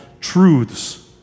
truths